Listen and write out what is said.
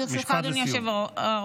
משפט, ברשותך, אדוני היושב-ראש.